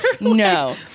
no